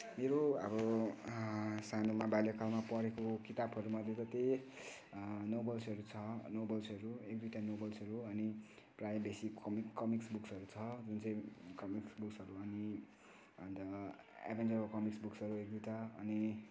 मेरो अब सानोमा बाल्यकालमा पढेको किताबहरूमध्ये त त्यही नोभल्सहरू छ नोभल्सहरू एक दुईवटा नोभल्सहरू अनि प्राय बेसी कमिक कमिक्स बुक्सहरू छ जुन चाहिँ कमिक्स बुक्सहरू अनि अन्त त्यहाँबाट एभेन्जर्सका कमिक्स बुक्सहरू एक दुईवटा अनि